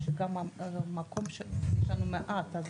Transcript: אבל יש לנו מעט.